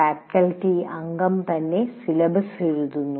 faculty അംഗം തന്നെ syllabus എഴുതുന്നു